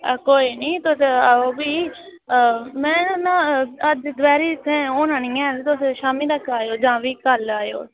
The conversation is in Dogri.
कोई निं तुस आओ भी में ना अज्ज दपैह्री इत्थै होना निं ऐं ते तुस शामीं तक्कर आएओ जां भी कल्ल आएओ